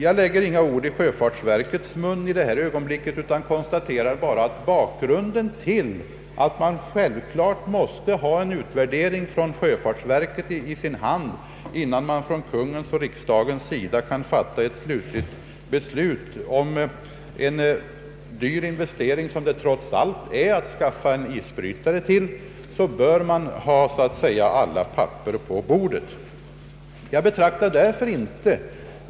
Jag hänvisar i detta ögonblick inte till sjöfartsverket utan konstaterar endast att bakgrunden är att man självklart måste ha en utvärdering från sjöfartsverket innan Kungl. Maj:t och riksdagen kan fatta ett slutligt beslut. Det är trots allt en dyr investering att skaffa ytterligare en isbrytare, och därför bör man ha alla papper på bordet.